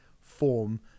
form